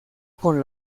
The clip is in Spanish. con